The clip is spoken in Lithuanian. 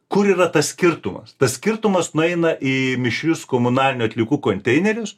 kur yra tas skirtumas tas skirtumas nueina į mišrius komunalinių atliekų konteinerius